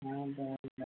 हाँ